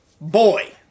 Boy